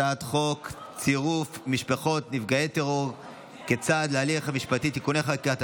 הצעת חוק צירוף משפחות נפגעי טרור כצד להליך המשפטי (תיקוני חקיקה),